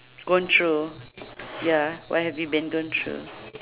gone through ya what have you been gone through